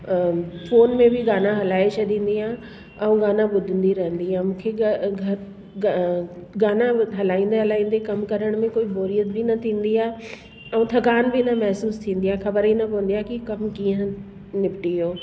अ phone में बि गाना हलाइ छॾींदी आहियां ऐं गाना ॿुधंदी रहंदी हुयमि मूंखे घ घ ग गाना हलाईंदे हलाईंदे कम करण में कोई बोरियत बि न थींदी आहे ऐं थकान बि न महिसूस थींदी आहे ख़बर ई न पवंदी आहे की कम कीअं निपिटी वियो